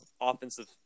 offensive